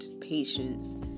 patience